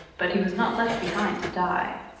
but he was not left behind to die.